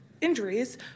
injuries